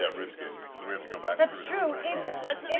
yeah risk it. because we have to come back through